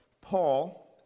Paul